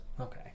Okay